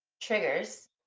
triggers